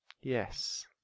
Yes